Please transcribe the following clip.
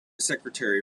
secretary